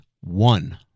One